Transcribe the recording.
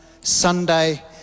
Sunday